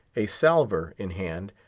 a salver in hand,